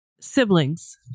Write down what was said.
Siblings